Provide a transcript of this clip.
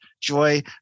Joy